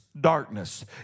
darkness